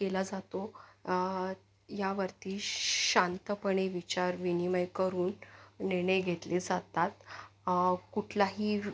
केला जातो यावरती शांतपणे विचारविनिमय करून निर्णय घेतले जातात कुठलाही